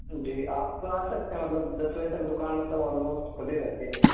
जी आप तो आ सकते हैं मतलब दस बजे तक दुकान मतलब ऑलमोस्ट खुली रहती है नाइट में